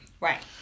Right